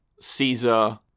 Caesar